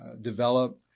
develop